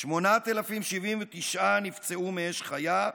8,079 נפצעו מאש חיה,